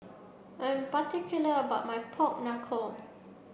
I'm particular about my pork knuckle